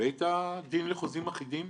בבית הדין לחוזים אחידים,